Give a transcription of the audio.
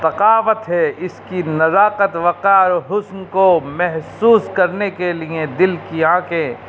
ثقافت ہے اس کی نزاکت وقار حسن کو محسوس کرنے کے لیے دل کی آنکھیں